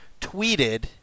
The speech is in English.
tweeted